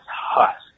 husk